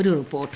ഒരു റിപ്പോർട്ട്